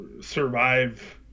survive